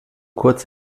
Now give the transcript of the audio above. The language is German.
kurz